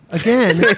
again,